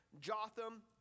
Jotham